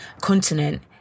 continent